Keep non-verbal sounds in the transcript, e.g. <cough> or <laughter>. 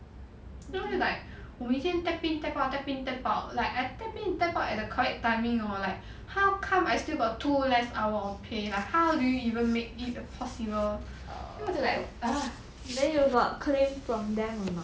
then 我就 like 我每天 tap in tap out tap in tap out like I tap in tap out at the correct timing hor like how come I still got two less hour of pay ah how did you even make it the possible then 我就 like <breath>